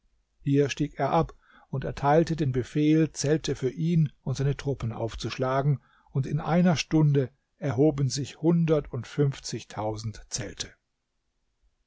hier stieg er ab und erteilte den befehl zelte für ihn und seine truppen aufzuschlagen und in einer stunde erhoben sich hundertundfünfzigtausend zelte